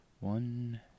One